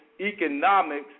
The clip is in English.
economics